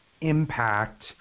impact